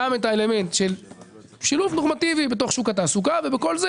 גם את האלמנט של שילוב נורמטיבי בתוך שוק התעסוקה - בכל זה